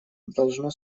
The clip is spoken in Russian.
должно